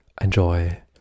enjoy